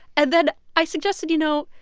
and then i suggested, you know,